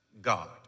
God